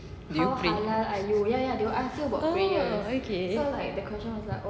do you pray oh okay